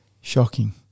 Shocking